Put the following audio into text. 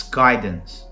guidance